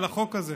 החוק הזה.